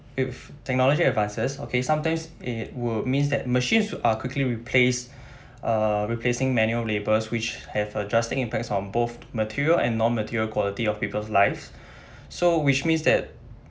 if technology advances okay sometimes it will means that machines are quickly replace~ uh replacing manual labours which have adjusting impacts on both material and non-material quality of people's lives so which means that